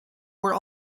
were